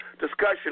discussion